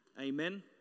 Amen